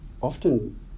Often